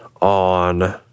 on